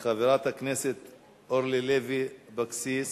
חברת הכנסת אורלי לוי אבקסיס.